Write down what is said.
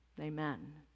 Amen